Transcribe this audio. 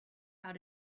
how